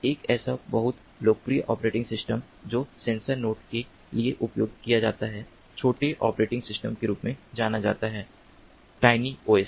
एक ऐसा बहुत लोकप्रिय ऑपरेटिंग सिस्टम जो सेंसर नोड के लिए उपयोग किया जाता है छोटे ऑपरेटिंग सिस्टम के रूप में जाना जाता है टाइनी ओएस